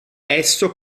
esso